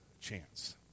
chance